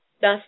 Thus